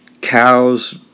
cows